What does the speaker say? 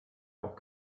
auch